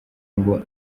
ngo